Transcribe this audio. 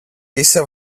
είσαι